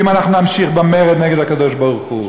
אם אנחנו נמשיך במרד נגד הקדוש-ברוך-הוא.